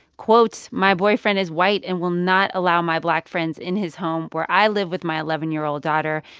quote, my boyfriend is white and will not allow my black friends in his home where i live with my eleven year old daughter.